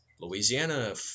Louisiana